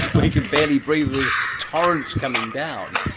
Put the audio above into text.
where you can barely breathe, there's torrents coming down.